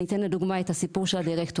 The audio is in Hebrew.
אני אתן לדוגמא את הסיפור של הדירקטורים.